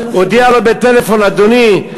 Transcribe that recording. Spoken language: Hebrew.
הודיע לו בטלפון: אדוני,